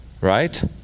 Right